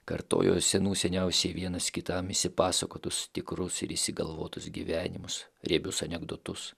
kartojo senų seniausiai vienas kitam išsipasakotus tikrus ir išsigalvotus gyvenimus riebius anekdotus